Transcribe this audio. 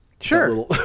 Sure